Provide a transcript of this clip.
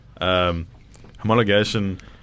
Homologation